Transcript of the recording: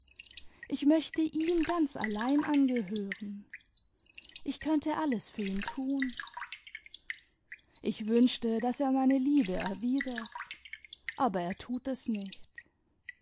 ich möchte ihm ganz allein angehören ich könnte alles für ihn tun ich wünschte daß er meine liebe erwidert aber er tut es nicht